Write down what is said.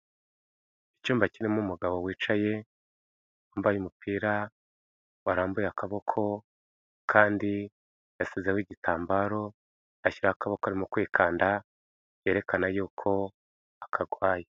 Icyumba kirimo umugabo wicaye, yambaye umupira warambuye akaboko, akandi yashyizeho igitambaro, ashyiraho akaboko arimo kwikanda yerekana yuko akarwaye.